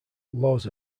laws